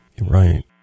Right